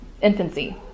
infancy